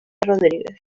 rodríguez